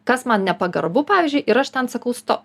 kas man nepagarbu pavyzdžiui ir aš ten sakau stop